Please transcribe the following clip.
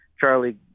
Charlie